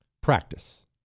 practice